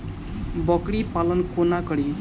बकरी पालन कोना करि?